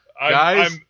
Guys